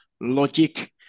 logic